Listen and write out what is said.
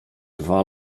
dwa